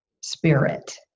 spirit